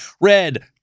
Red